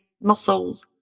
muscles